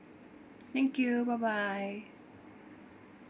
thank you bye bye